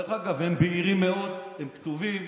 דרך אגב, הם בהירים מאוד, הם כתובים,